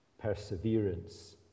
perseverance